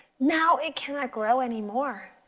now it cannot grow anymore.